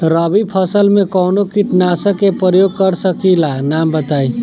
रबी फसल में कवनो कीटनाशक के परयोग कर सकी ला नाम बताईं?